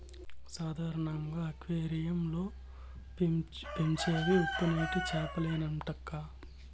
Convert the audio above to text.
సాధారణంగా అక్వేరియం లో పెంచేవి ఉప్పునీటి చేపలేనంటక్కా